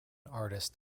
artist